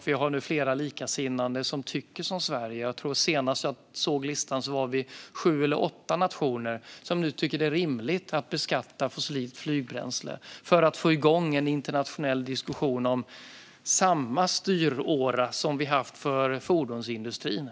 Vi har nu flera likasinnade, som tycker som Sverige - senast jag såg listan var det sju eller åtta nationer som nu tycker att det är rimligt att beskatta fossilt flygbränsle för att få igång en internationell diskussion om samma styråra som vi haft för fordonsindustrin.